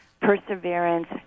perseverance